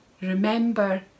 remember